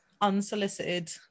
unsolicited